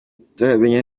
turamenya